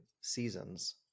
seasons